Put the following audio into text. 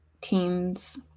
teens